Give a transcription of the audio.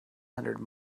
hundred